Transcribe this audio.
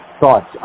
thoughts